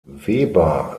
weber